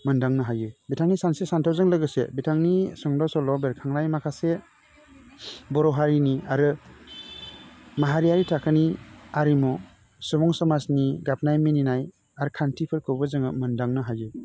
मोनदांनो हायो बिथांनि सानस्रि सानथौजों लोगोसे बिथांनि सुंद' सल'आव बेरखांनाय माखासे बर' हारिनि आरो माहारियारि थाखोनि आरिमु सुबुं समाजनि गाबनाय मिनिनाय आरो खान्थिफोरखौबो जोङो मोनदांनो हायो